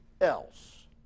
else